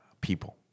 people